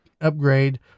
upgrade